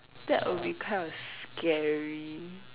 that will be kind of scary